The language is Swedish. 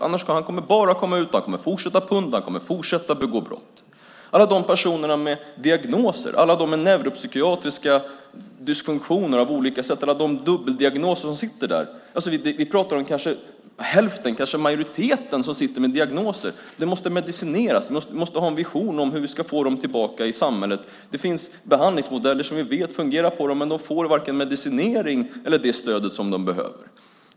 Annars kommer han bara att fortsätta att punda och fortsätta att begå brott när han kommer ut. Alla de personer med diagnoser, med neuropsykiatriska dysfunktioner av olika slag eller med dubbeldiagnoser som sitter där - vi pratar om kanske hälften, kanske majoriteten - måste medicineras. Vi måste ha en vision om hur vi ska få dem tillbaka i samhället. Det finns behandlingsmodeller som vi vet fungerar på dem, men de får varken medicinering eller det stöd som de behöver.